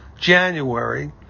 january